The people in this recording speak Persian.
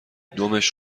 دمش